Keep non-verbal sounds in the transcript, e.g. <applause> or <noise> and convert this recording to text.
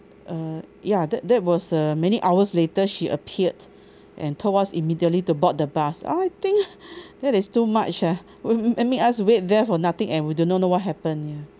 uh ya that that was uh many hours later she appeared and told us immediately to board the bus I think <breath> that is too much ah we and make us wait there for nothing and we do not know what happen ya